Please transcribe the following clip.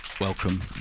Welcome